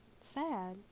sad